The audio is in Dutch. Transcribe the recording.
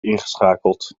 ingeschakeld